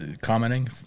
commenting